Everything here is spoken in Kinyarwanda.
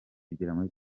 kugera